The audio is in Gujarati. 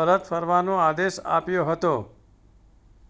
પરત ફરવાનો આદેશ આપ્યો હતો